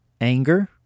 anger